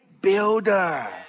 builder